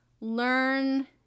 learn